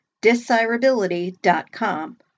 Desirability.com